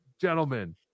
gentlemen